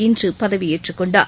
இன்று பதவியேற்றுக் கொண்டார்